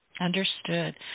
Understood